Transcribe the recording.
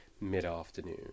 mid-afternoon